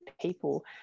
people